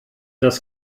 das